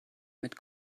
mit